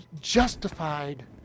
justified